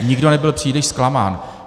Nikdo nebyl příliš zklamán.